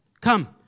Come